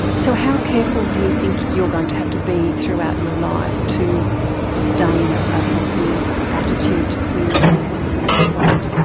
so how careful do you think you're going to have to be throughout your life to sustain a healthy attitude to food and a healthy weight?